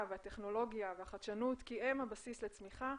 והטכנולוגיה והחדשנות כי הם הבסיס לצמיחה,